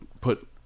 put